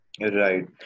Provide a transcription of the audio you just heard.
Right